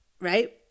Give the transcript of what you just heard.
right